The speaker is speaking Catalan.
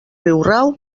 riurau